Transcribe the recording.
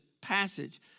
passage